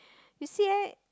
you see right